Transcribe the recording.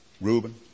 Reuben